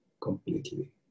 Completely